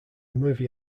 movie